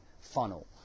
funnel